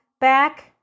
back